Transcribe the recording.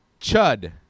Chud